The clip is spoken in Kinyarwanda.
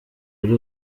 ari